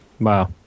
Wow